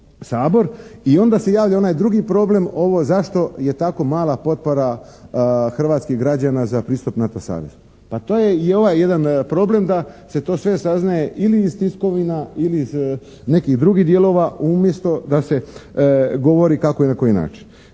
sabor. I onda se javlja onaj drugi problem, ovo zašto je tako mala potpora hrvatskih građana za pristup NATO savezu. Pa to je i ovaj jedan problem da se to sve saznaje ili iz tiskovina ili iz nekih drugih dijelova umjesto da se govori kako i na koji način.